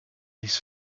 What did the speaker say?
his